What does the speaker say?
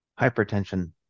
Hypertension